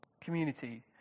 community